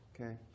Okay